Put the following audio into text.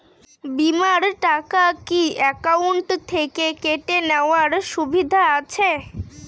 বিমার টাকা কি অ্যাকাউন্ট থেকে কেটে নেওয়ার সুবিধা আছে?